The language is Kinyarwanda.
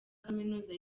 kaminuza